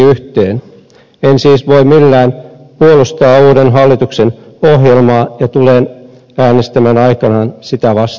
en siis voi millään puolustaa uuden hallituksen ohjelmaa ja tulen äänestämään aikanaan sitä alas